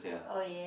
oh yeah